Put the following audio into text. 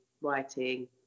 writing